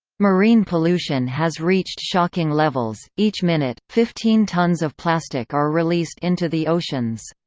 marine pollution has reached shocking levels each minute, fifteen tons of plastic are released into the oceans.